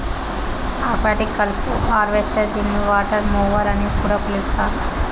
aquatic కలుపు harvester దీనిని water mower అని కూడా పిలుస్తారు